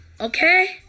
Okay